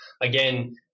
Again